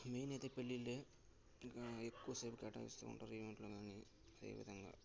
main అయితే పెళ్ళిళ్ళే ఇంకా ఎక్కువ సేపు కేటాయిస్తూ ఉంటారు ఈవెంట్లు కాని అదేవిధంగా